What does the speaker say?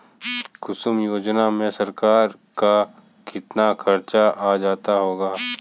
कुसुम योजना में सरकार का कितना खर्चा आ जाता होगा